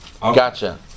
Gotcha